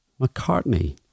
McCartney